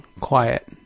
quiet